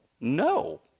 No